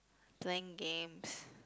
playing games